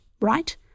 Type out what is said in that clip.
right